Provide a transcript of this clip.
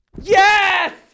yes